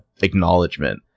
acknowledgement